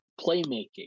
playmaking